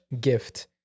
gift